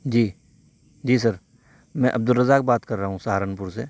جی جی سر میں عبدالرزاق بات کر رہا ہوں سہارنپور سے